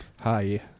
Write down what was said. Hi